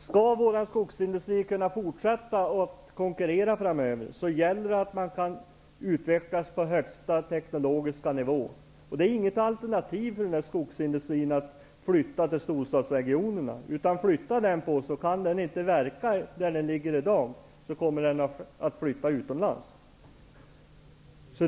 Skall vår skogsindustri kunna fortsätta att konkurrera framöver gäller att den kan utvecklas på högsta tekniska nivå. Det är inget alternativ för skogsindustrin att flytta till storstadsregionerna. Måste den flytta på sig, och kan den inte verka där den finns i dag, kommer den att flyttas utomlands.